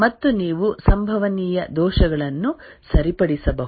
ಮತ್ತು ನೀವು ಸಂಭವನೀಯ ದೋಷಗಳನ್ನು ಸರಿಪಡಿಸಬಹುದು